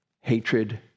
hatred